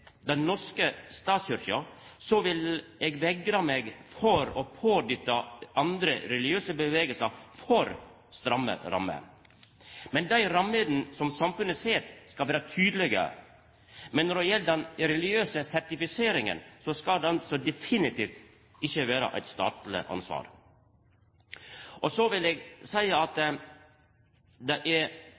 den norske statskyrkja, vil eg vegra meg for å pådytta andre religiøse bevegelsar for stramme rammer. Dei rammene som samfunnet set, skal vera tydelege, men når det gjeld den religiøse sertifiseringa, skal ho definitivt ikkje vera eit statleg ansvar. Så vil eg seia at det avgjerande for meg er